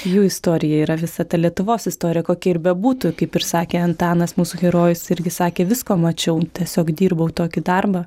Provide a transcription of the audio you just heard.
jų istorija yra visa ta lietuvos istorija kokia ir bebūtų kaip ir sakė antanas mūsų herojus irgi sakė visko mačiau tiesiog dirbau tokį darbą